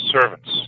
servants